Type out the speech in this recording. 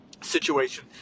situation